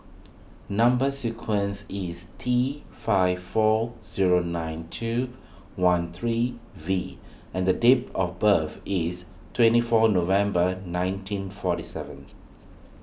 Number Sequence is T five four zero nine two one three V and date of birth is twenty four November nineteen forty seven